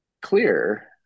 clear